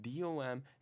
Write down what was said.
DOM